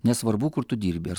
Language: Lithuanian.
nesvarbu kur tu dirbi ar